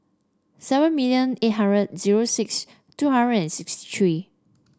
seven million eight hundred zero six two hundred and sixty three